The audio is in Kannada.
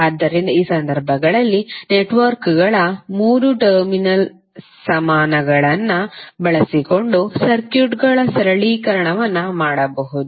ಆದ್ದರಿಂದ ಈ ಸಂದರ್ಭಗಳಲ್ಲಿ ನೆಟ್ವರ್ಕ್ಗಳ 3 ಟರ್ಮಿನಲ್ ಸಮಾನಗಳನ್ನು ಬಳಸಿಕೊಂಡು ಸರ್ಕ್ಯೂಟ್ಗಳ ಸರಳೀಕರಣವನ್ನು ಮಾಡಬಹುದು